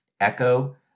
Echo